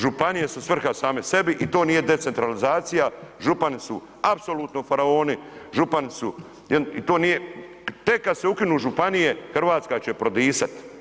Županije su svrha same sebi i to nije decentralizacija župani su apsolutno faraoni i to nije, tek kad se ukinu županije Hrvatska će prodisat.